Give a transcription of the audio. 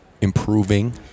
improving